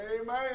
Amen